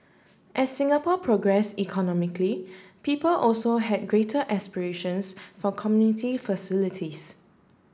as Singapore progress economically people also had greater aspirations for community facilities